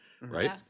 right